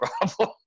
problem